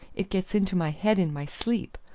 it gets into my head in my sleep.